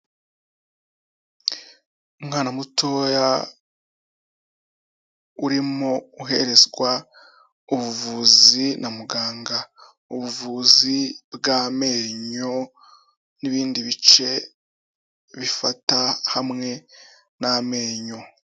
Umwana mutoya, urimo uherezwa ubuvuzi na muganga, ubuvuzi bw'amenyo n'ibindi bice bifata hamwe n'amenyo.